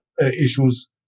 issues